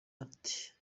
ati